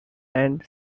and